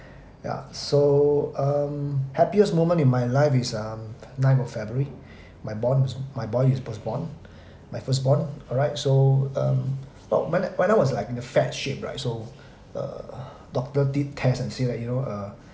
yeah so um happiest moment in my life is um ninth of february my born my boy is first born my first born alright so um when I was like in a fat shape right so uh doctor did test and say that you know uh